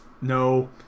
No